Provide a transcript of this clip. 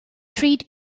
treat